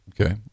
Okay